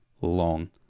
long